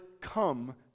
come